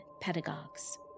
pedagogues